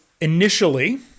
initially